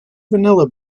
vanilla